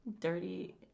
Dirty